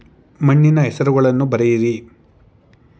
ಮಣ್ಣಿನ ಹೆಸರುಗಳನ್ನು ಬರೆಯಿರಿ